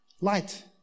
light